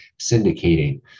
syndicating